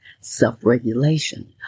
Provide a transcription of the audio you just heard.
self-regulation